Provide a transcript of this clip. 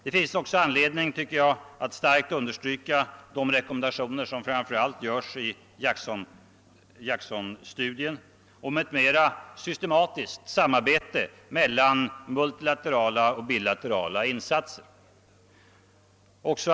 Det finns också, tycker jag, anledning att starkt understryka de rekommendationer som görs framför allt i Jacksonstudien om ett mera systematiskt samarbete mellan multilaterala och bilaterala insatser.